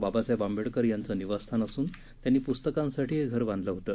बाबासाहेब आंबेडकर यांचे निवासस्थान असून त्यांनी पुस्तकांसाठी हे घर बांधलं होतं